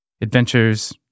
adventures